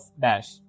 dash